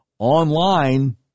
Online